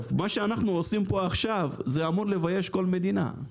מה שאנחנו עושים פה עכשיו זה אמור לבייש כל מדינה.